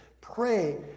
Pray